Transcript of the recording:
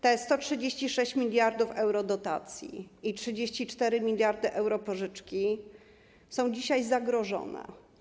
Te 136 mld euro dotacji i 34 mld euro pożyczki są dzisiaj zagrożone.